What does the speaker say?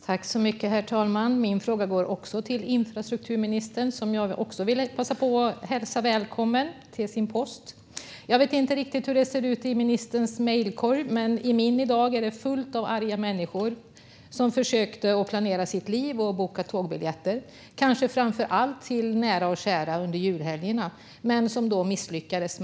Herr talman! Även min fråga går till infrastrukturministern, och jag vill också passa på att hälsa honom välkommen till sin post. Jag vet inte hur det ser ut i ministerns mejlkorg, men i min är det i dag fullt med mejl från arga människor som försökte planera sina liv och boka tågbiljetter till nära och kära under julhelgerna men misslyckades.